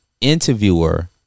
interviewer